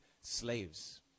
slaves